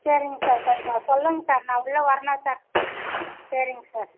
சரிங் சார் கொஞ்சம் சொல்லுங்க சார் நான் உள்ளே வரணும் சார் சரிங் சார்